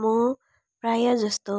म प्रायः जस्तो